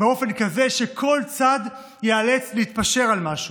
באופן כזה שכל צד ייאלץ להתפשר על משהו.